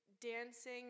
dancing